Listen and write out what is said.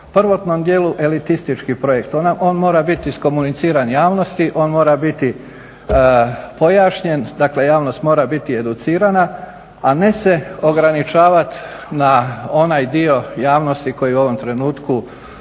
prvotnom dijelu elitistički projekt, on mora biti iskomuniciran javnosti on mora biti pojašnjen, dakle javnost mora biti educirana, a ne se ograničavat na onaj dio javnosti koji u ovom trenutku